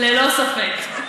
ללא ספק.